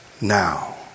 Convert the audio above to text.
now